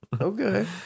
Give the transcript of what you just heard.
Okay